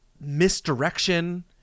misdirection